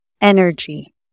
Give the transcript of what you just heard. energy